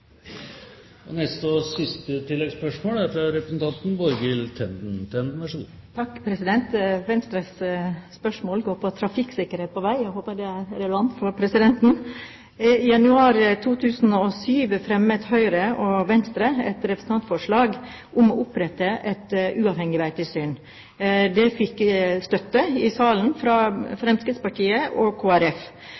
Borghild Tenden – til oppfølgingsspørsmål. Venstres spørsmål går på trafikksikkerhet på vei. Jeg håper det er relevant for presidenten. I januar 2007 fremmet Høyre og Venstre et representantforslag om å opprette et uavhengig veitilsyn. Det fikk støtte i salen fra